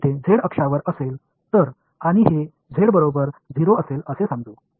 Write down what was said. இது z அச்சு என்றால் இதனை நாம் z 0 என்று சொல்லலாம்